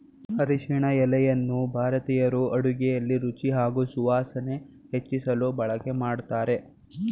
ಅರಿಶಿನ ಎಲೆಯನ್ನು ಭಾರತೀಯರು ಅಡುಗೆಲಿ ರುಚಿ ಹಾಗೂ ಸುವಾಸನೆ ಹೆಚ್ಚಿಸಲು ಬಳಕೆ ಮಾಡ್ತಾರೆ